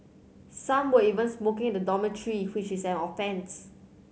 some were even smoking in the dormitory which is an offence